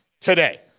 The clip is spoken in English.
today